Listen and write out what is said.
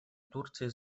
турции